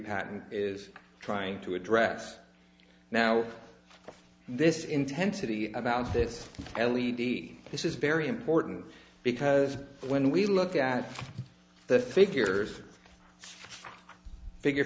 patent is trying to address now this intensity about this l e d this is very important because when we look at the figures figure